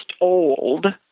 old